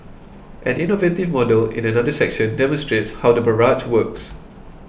an innovative model in another section demonstrates how the barrage works